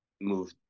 move